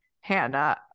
Hannah